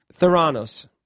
Theranos